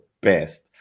best